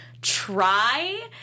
try